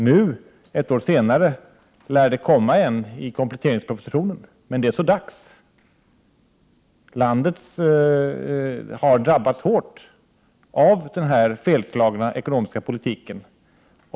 Nu, ett år senare, lär det komma förslag om en åtstramning i kompletteringspropositionen. Men det är nu så dags! Landet har drabbats hårt av den felslagna ekonomiska politiken.